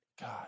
God